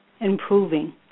improving